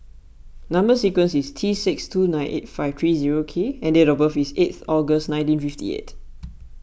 Number Sequence is T six two nine eight five three zero K and date of birth is eighth August nineteen fifty eight